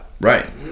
Right